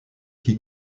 qui